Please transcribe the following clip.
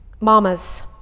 mamas